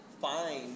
fine